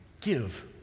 give